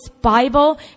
Bible